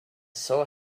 saw